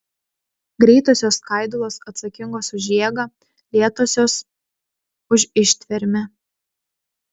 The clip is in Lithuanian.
greitosios skaidulos atsakingos už jėgą lėtosios už ištvermę